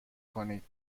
کنید